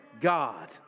God